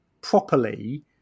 properly